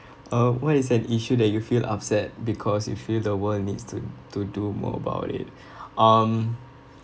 uh what is an issue that you feel upset because you feel the world needs to to do more about it um